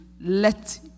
let